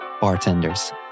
bartenders